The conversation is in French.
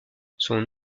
son